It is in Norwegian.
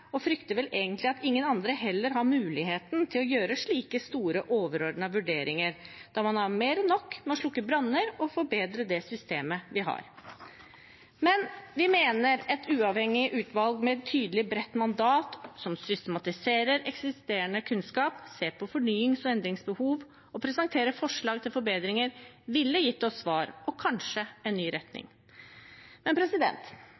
og frykter vel egentlig at ingen andre heller har muligheten til å gjøre slike store, overordnede vurderinger, da man har mer enn nok med å slukke branner og forbedre det systemet vi har. Men vi mener et uavhengig utvalg med et tydelig, bredt mandat som systematiserer eksisterende kunnskap, ser på fornyings- og endringsbehov og presenterer forslag til forbedringer, ville gitt oss svar og kanskje en ny